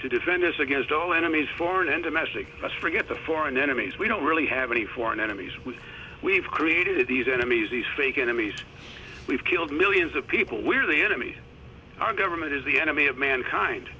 to defend us against all enemies foreign and domestic us forget the foreign enemies we don't really have any foreign enemies we've created these enemies these fake enemies we've killed millions of people we're the enemy our government is the enemy of mankind